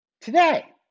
today